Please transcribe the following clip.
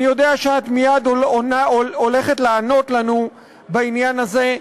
אני יודע שאת מייד הולכת לענות לנו בעניין הזה,